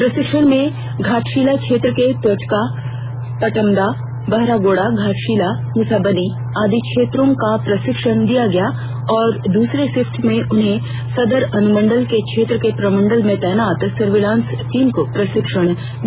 प्रशिक्षण में घाटशिला क्षेत्र के पोटका पटमदा बहरागोड़ा घाटशिला मुसाबनी आदि क्षेत्रों का प्रशिक्षण दिया और दूसरे शिफ्ट में उन्होंने सदर अनुमंडल के क्षेत्रों के प्रखंड में तैनात सर्विलांस टीम को प्रशिक्षण दिया